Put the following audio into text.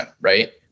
right